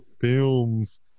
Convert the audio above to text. films